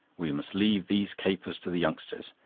we must leave these capers to the youngsters.